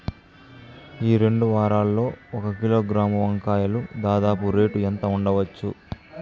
ఈ రెండు వారాల్లో ఒక కిలోగ్రాము వంకాయలు దాదాపు రేటు ఎంత ఉండచ్చు?